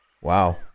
Wow